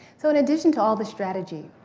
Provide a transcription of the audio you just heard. so in addition to all the strategy,